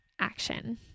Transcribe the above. action